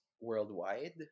worldwide